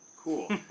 cool